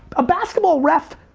a basketball ref